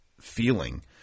feeling